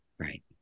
Right